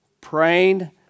Praying